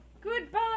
Goodbye